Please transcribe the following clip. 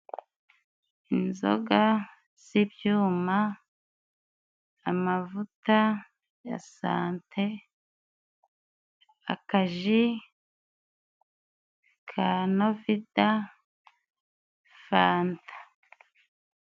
Inzoga z'ibyuma, amavuta ya sante, akaji ka novida, fanta.